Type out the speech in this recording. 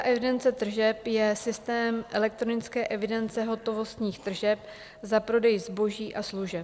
Elektronická evidence tržeb je systém elektronické evidence hotovostních tržeb za prodej zboží a služeb.